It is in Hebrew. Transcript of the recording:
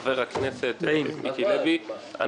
חבר הכנסת מיקי לוי,